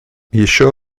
еще